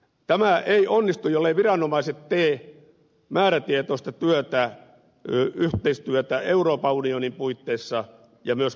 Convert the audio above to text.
tämä ei onnistu elleivät viranomaiset tee määrätietoista työtä yhteistyötä euroopan unionin puitteissa ja myös kansallisesti